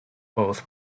both